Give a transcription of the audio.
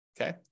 okay